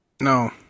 no